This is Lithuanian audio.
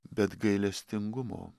bet gailestingumo